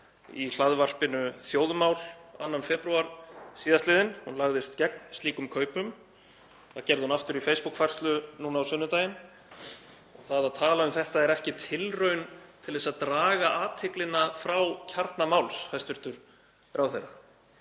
í hlaðvarpinu Þjóðmál 2. febrúar síðastliðinn og lagðist gegn slíkum kaupum. Það gerði hún aftur í Facebook-færslu núna á sunnudaginn. Það að tala um þetta er ekki tilraun til að draga athyglina frá kjarna máls, hæstv. ráðherra.